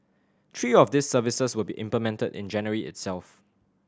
three of these services will be implemented in January itself